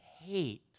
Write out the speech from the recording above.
hate